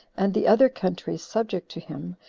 and the other countries subject to him,